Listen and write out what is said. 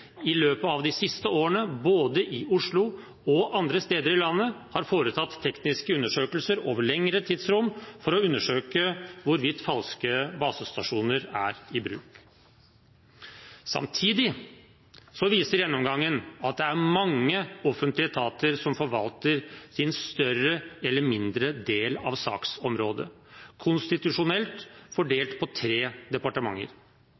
i flere tilfeller i løpet av de siste årene, både i Oslo og andre steder i landet, har foretatt tekniske undersøkelser over lengre tidsrom for å undersøke hvorvidt falske basestasjoner er i bruk. Samtidig viser gjennomgangen at det er mange offentlige etater som forvalter sin større eller mindre del av saksområdet, konstitusjonelt fordelt på tre departementer.